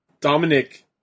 Dominic